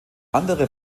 andere